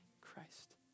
Christ